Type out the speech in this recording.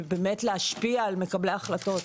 באמת להשפיע על מקבלי ההחלטות,